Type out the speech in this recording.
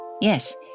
Yes